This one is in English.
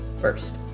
First